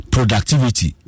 Productivity